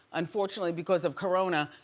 unfortunately, because of corona,